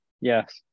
Yes